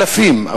אלפים,